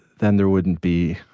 then there wouldn't be